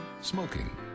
Smoking